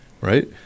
right